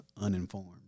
uninformed